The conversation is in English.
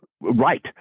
Right